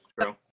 true